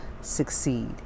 succeed